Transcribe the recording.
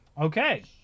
okay